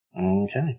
Okay